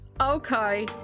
Okay